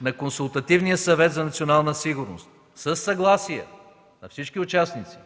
на Консултативния съвет за национална сигурност със съгласие на всички участници